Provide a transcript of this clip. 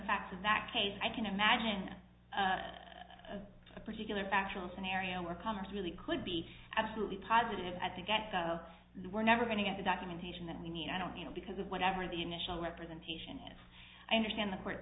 facts of that case i can imagine a particular factual scenario where congress really could be absolutely positive at the get go we're never going to get the documentation that we need i don't you know because of whatever the initial representation is i understand the court